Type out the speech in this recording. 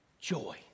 joy